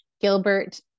Gilbert